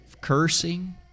cursing